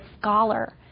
scholar